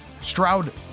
Stroud